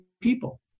people